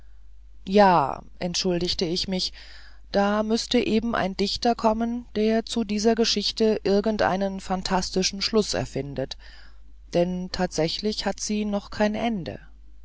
ja entschuldigte ich mich da müßte eben ein dichter kommen der zu dieser geschichte irgend einen phantastischen schluß erfindet denn tatsächlich hat sie noch kein ende